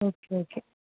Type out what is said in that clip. okay okay